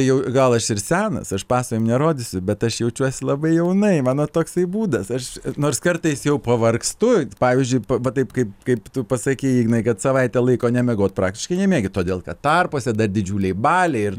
jau gal aš ir senas aš paso jum nerodysiu bet aš jaučiuosi labai jaunai mano toksai būdas aš nors kartais jau pavargstu pavyzdžiui vat taip kaip kaip tu pasakei ignai kad savaitę laiko nemiegot praktiškai nemiegi todėl kad tarpasuose dar didžiuliai baliai ir